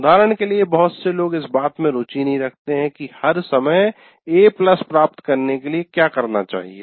उदाहरण के लिए बहुत से लोग इस बात में रुचि नहीं रखते हैं कि हर समय ए प्लस प्राप्त करने के लिये क्या करना चाहिए